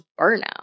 burnout